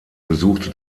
besuchte